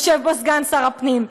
יושב פה סגן שר הפנים: